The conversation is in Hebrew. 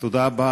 תודה רבה,